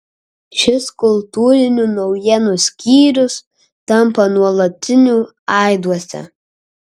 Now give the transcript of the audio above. šis kultūrinių naujienų skyrius tampa nuolatiniu aiduose